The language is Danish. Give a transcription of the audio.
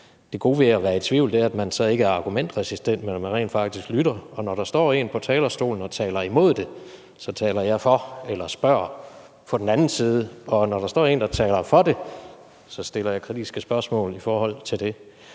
det gode ved at være i tvivl er, at man så ikke er argumentresistent, men at man rent faktisk lytter. Og når der står en på talerstolen og taler imod det, så taler jeg for – eller spørger på den anden side. Og når der står en, der taler for det, så stiller jeg kritiske spørgsmål i forhold til det.